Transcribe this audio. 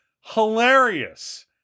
hilarious